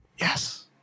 Yes